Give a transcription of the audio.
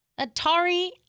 Atari